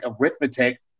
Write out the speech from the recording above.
arithmetic